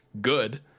Good